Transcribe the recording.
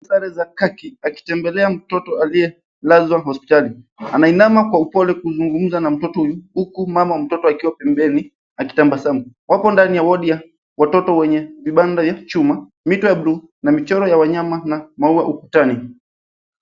Askari wa haki akimtembelea mtoto aliye lazwa hospitali ana inama kwa upole kuzungumza na mtoto huyu, huku mama wa mtoto akiwa pembeni akitabasamu. Wapo ndani ya wodi ya watoto wenye vibanda ya chuma, mita bluu na michoro ya wanyama na maua ukutani.